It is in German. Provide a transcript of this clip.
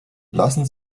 lassen